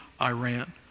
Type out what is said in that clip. Iran